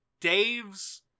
Dave's